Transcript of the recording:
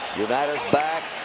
unitas back.